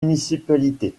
municipalités